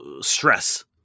stress